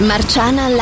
Marciana